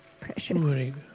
precious